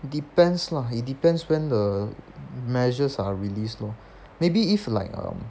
depends lah it depends when the measures are released lor maybe if like um